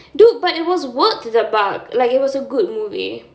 dude but it was worth the buck like it was a good movie